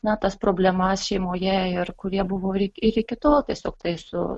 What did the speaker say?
na tas problemas šeimoje ir kurie buvo ir iki ir iki tol tiesiog tai su